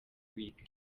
wiga